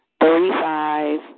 thirty-five